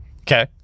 Okay